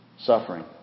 Suffering